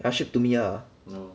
ah ship to me ah